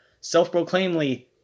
self-proclaimedly